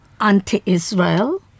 anti-Israel